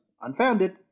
unfounded